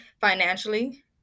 financially